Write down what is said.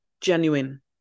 genuine